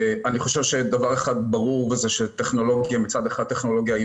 אני חושב שדבר אחד ברור: שמצד אחד טכנולוגיה היא